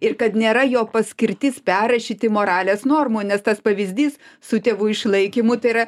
ir kad nėra jo paskirtis perrašyti moralės normų nes tas pavyzdys su tėvų išlaikymu tai yra